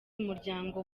umuryango